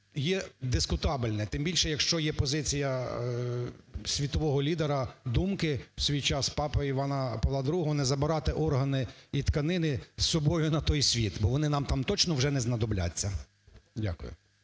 є дискутабельне, тим більше, якщо є позиція світового лідера, думки в свій час папи Івана Павла ІІ, не забирати органи і тканини з собою на той світ, бо вони нам там точно вже не знадобляться. Дякую.